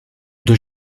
deux